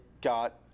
got